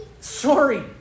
sorry